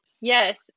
yes